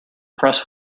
press